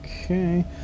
Okay